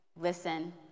listen